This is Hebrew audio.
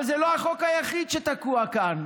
אבל זה לא החוק היחיד שתקוע כאן.